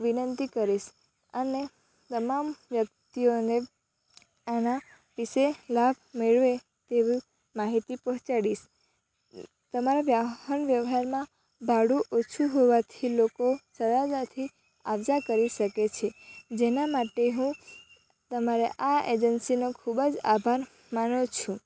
વિનંતી કરીશ અને તમામ વ્યક્તિઓને આના વિશે લાભ મેળવે તેવી માહિતી પહોંચાડીશ તમારા વાહન વ્યવહારમાં ભાડું ઓછું હોવાથી લોકો સરળતાથી આવ જા કરી શકે છે જેના માટે હું તમારા આ એજન્સીનો ખૂબ જ આભાર માનું છું